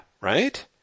right